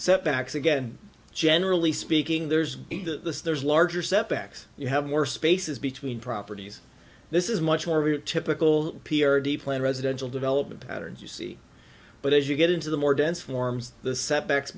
setbacks again generally speaking there's the there's larger setbacks you have more spaces between properties this is much more of your typical pierre de plan residential development patterns you see but as you get into the more dense forms the setbacks